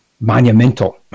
monumental